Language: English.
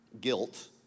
Guilt